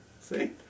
See